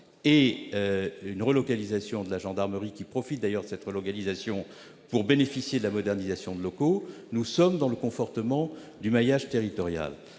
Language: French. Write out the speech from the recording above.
et une relocalisation de la gendarmerie, qui profite d'ailleurs de cette relocalisation pour bénéficier de la modernisation de locaux, nous sommes dans le confortement du maillage territorial.